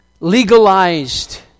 Legalized